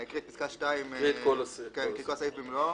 אני אקרא את כל הסעיף במלואו.